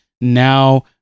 Now